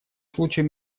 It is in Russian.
случаю